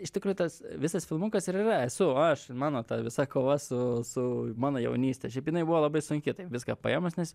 iš tikro tas visas filmukas ir yra esu aš mano ta visa kova su su mano jaunyste šiaip jinai buvo labai sunki taip viską paėmus nes